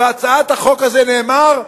בהצעת החוק הזאת נאמר,